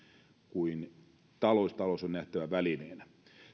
kuin talous talous on nähtävä välineenä